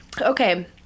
okay